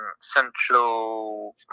Central